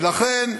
ולכן,